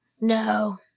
No